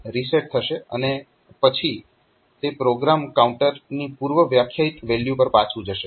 તો તે રીસેટ થશે અને પછી તે પ્રોગ્રામ કાઉન્ટર ની પૂર્વવ્યાખ્યાયિત વેલ્યુ પર પાછું જશે